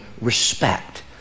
respect